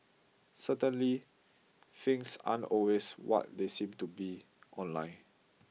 certainly things aren't always what they seem to be online